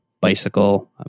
bicycle